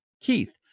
Keith